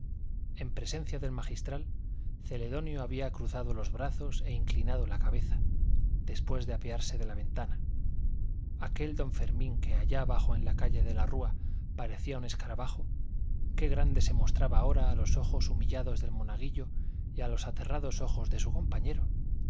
en presencia del magistral celedonio había cruzado los brazos e inclinado la cabeza después de apearse de la ventana aquel don fermín que allá abajo en la calle de la rúa parecía un escarabajo qué grande se mostraba ahora a los ojos humillados del monaguillo y a los aterrados ojos de su compañero